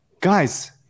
guys